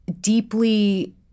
deeply